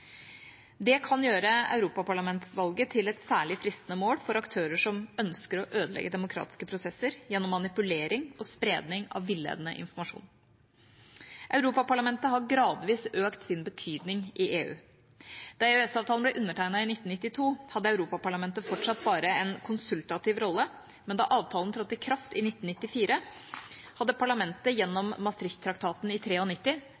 Det kan gjøre europaparlamentsvalget til et særlig fristende mål for aktører som ønsker å ødelegge demokratiske prosesser gjennom manipulering og spredning av villedende informasjon. Europaparlamentet har gradvis økt sin betydning i EU. Da EØS-avtalen ble undertegnet i 1992, hadde Europaparlamentet fortsatt bare en konsultativ rolle, men da avtalen trådte i kraft i 1994, hadde parlamentet – gjennom Maastricht-traktaten i